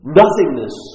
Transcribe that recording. nothingness